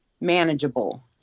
manageable